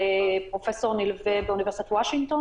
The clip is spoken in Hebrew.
אני פרופסור נלווה באוניברסיטת וושינגטון